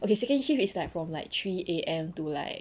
okay second shift is like from three A_M to like